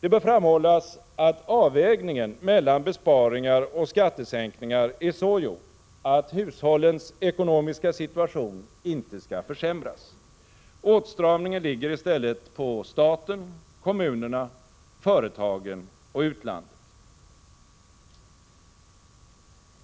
Det bör framhållas att avvägningen mellan besparingar och skattesänkningar är så gjord att hushållens ekonomiska situation inte skall försämras. Åtstramningen ligger i stället på staten, kommunerna, företagen och utlandet.